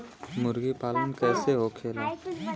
मुर्गी पालन कैसे होखेला?